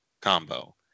combo